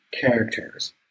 characters